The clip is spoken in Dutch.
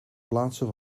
plaatsen